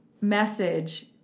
message